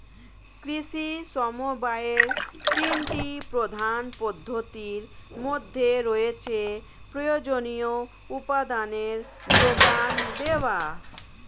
কৃষি সমবায়ের তিনটি প্রধান পদ্ধতির মধ্যে রয়েছে প্রয়োজনীয় উপাদানের জোগান দেওয়া